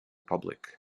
public